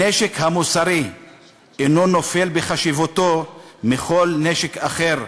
הנשק המוסרי אינו נופל בחשיבותו מכל נשק אחר,